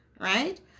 right